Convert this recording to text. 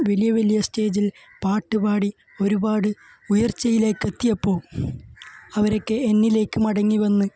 വലിയ വലിയ സ്റ്റേജില് പാട്ട് പാടി ഒരുപാട് ഉയര്ച്ചയിലേക്ക് എത്തിയപ്പോള് അവർ ഒക്കെ എന്നിലേക്ക് മടങ്ങി വന്ന്